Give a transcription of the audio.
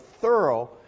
thorough